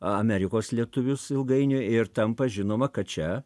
amerikos lietuvius ilgainiui ir tampa žinoma kad čia